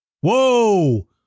Whoa